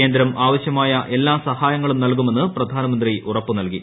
കേന്ദ്രം ആവ്ശൃമായ എല്ലാ സഹായങ്ങളും നൽകുമെന്ന് പ്രധാന്മീന്ത്രി ഉറപ്പ് നൽകി